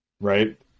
right